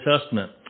Testament